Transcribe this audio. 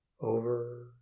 over